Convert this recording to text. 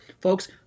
Folks